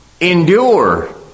endure